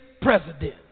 president